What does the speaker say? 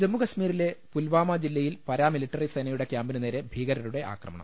ജമ്മുകശ്മീരിലെ പുൽവാമ ജില്ലയിൽ പാരാമിലിട്ടറി സേന യുടെ ക്യാമ്പിനുനേരെ ഭീകരരുടെ ആക്രമണം